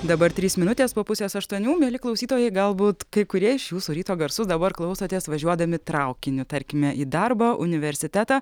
dabar trys minutės po pusės aštuonių mieli klausytojai galbūt kai kurie iš jūsų ryto garsus dabar klausotės važiuodami traukiniu tarkime į darbą universitetą